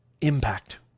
Impact